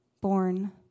born